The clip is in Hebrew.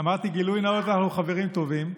אמרתי: גילוי נאות, אנחנו חברים טובים.